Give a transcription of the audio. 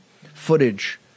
footage